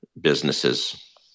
businesses